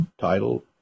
title